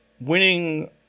winning